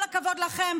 כל הכבוד לכם,